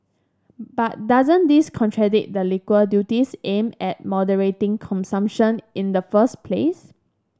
but doesn't this contradict the liquor duties aimed at moderating consumption in the first place